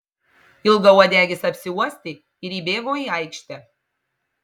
ilgauodegis apsiuostė ir įbėgo į aikštę